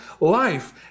life